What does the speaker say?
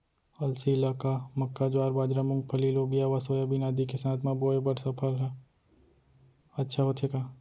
अलसी ल का मक्का, ज्वार, बाजरा, मूंगफली, लोबिया व सोयाबीन आदि के साथ म बोये बर सफल ह अच्छा होथे का?